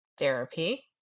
therapy